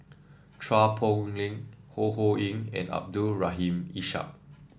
Chua Poh Leng Ho Ho Ying and Abdul Rahim Ishak